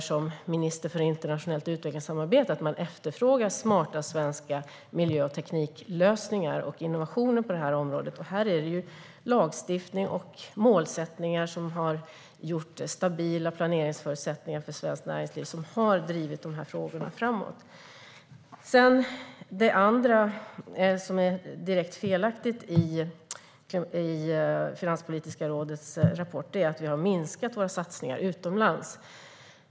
Som minister för internationellt utvecklingssamarbete upplever jag att man efterfrågar smarta svenska miljö och tekniklösningar och innovationer på det här området. Här är det lagstiftning och målsättningar som har skapat stabila planeringsförutsättningar för svenskt näringsliv som i sin tur har drivit de här frågorna framåt. Det andra som är direkt felaktigt i Finanspolitiska rådets rapport är att vi har minskat våra satsningar utomlands.